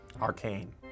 Arcane